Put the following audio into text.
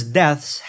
deaths